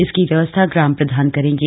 इसकी व्यवस्था ग्राम प्रधान करेंगे